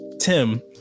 Tim